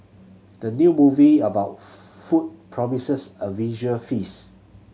the new movie about food promises a visual feast